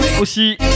aussi